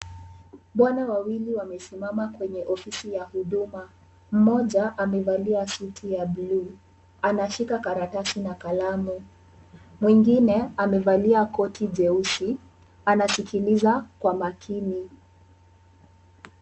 Bwana wawili wamesimama kwenye ofisi ya huduma. Mmoja amevalia suti ya bluu. Anashika karatasi na kalamu. Mwingine amevalia koti jeusi, anasikiliza kwa makini.